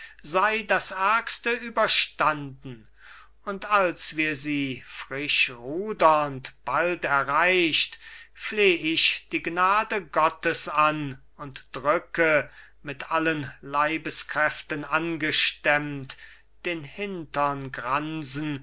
sei das ärgste überstanden und als wir sie frischrudernd bald erreicht fleh ich die gnade gottes an und drücke mit allen leibeskräften angestemmt den hintern